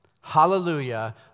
Hallelujah